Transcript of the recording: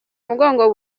umugongo